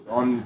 on